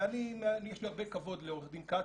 ויש לי הרבה כבוד לעורך דין כץ,